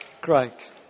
Great